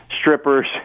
strippers